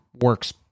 works